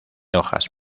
hojas